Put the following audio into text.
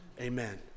Amen